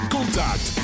Contact